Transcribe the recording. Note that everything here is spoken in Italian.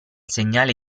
segnale